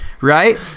right